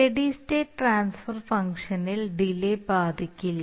steady state transfer ഫംഗ്ഷനിൽ delay ബാധിക്കില്ല